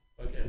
okay